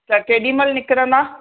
त केॾी महिल निकिरंदा